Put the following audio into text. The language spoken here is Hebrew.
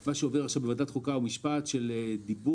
מה שעובר עכשיו בוועדת חוקה ומשפט על דיבור